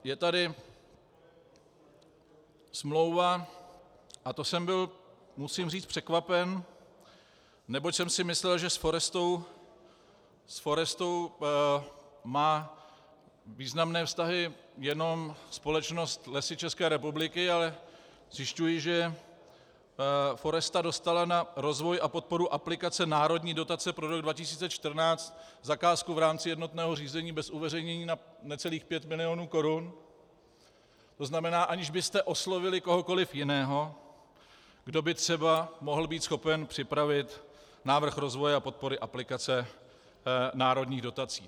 Je tady smlouva, a to jsem byl, musím říct, překvapen, neboť jsem si myslel, že s Forestou má významné vztahy jenom společnost Lesy České republiky, ale zjišťuji, že Foresta dostala na rozvoj a podporu aplikace národní dotace pro rok 2014 zakázku v rámci jednotného řízení bez uveřejnění na necelých pět milionů korun, to znamená, aniž byste oslovili kohokoliv jiného, kdo by třeba mohl být schopen připravit návrh rozvoje a podpory aplikace národních dotací.